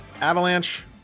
Avalanche